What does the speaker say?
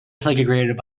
segregated